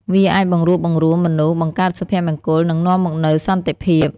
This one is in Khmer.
វាអាចបង្រួបបង្រួមមនុស្ស បង្កើតសុភមង្គល និងនាំមកនូវសន្តិភាព។